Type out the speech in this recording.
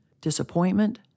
disappointment